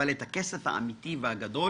אבל את הכסף האמיתי והגדול